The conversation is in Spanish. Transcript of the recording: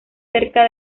cerca